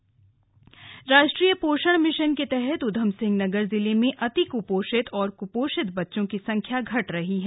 पोषण मिशन राष्ट्रीय पोषण मिशन के तहत ऊधमसिंह नगर जिले में अति कुपोषित और कुपोषित बच्चों की संख्या घट रही है